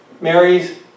Mary's